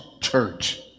church